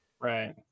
Right